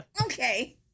okay